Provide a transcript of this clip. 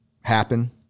happen